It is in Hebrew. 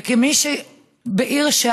וכמי שבעיר יקנעם,